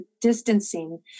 distancing